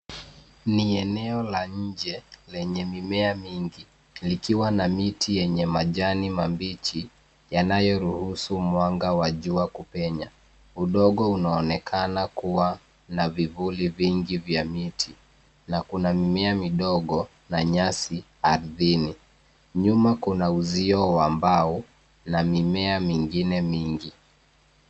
Ni eneo la nje lenye mimea mingi ,likiwa na miti yenye majani mabichi, yanayoruhusu mwanga wa jua kupenya. udogo unaonekana kuwa na vivuli vingi vya miti. Na kuna mimea midogo na nyasi ardhini .Nyuma kuna uzio wa mbao na mimea mingine mingi.